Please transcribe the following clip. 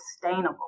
sustainable